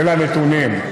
ואלה הנתונים,